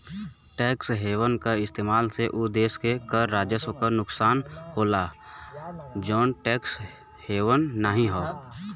tax haven क इस्तेमाल से उ देश के कर राजस्व क नुकसान होला जौन टैक्स हेवन नाहीं हौ